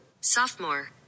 Sophomore